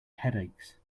headaches